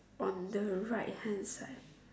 on the right hand side